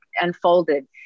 unfolded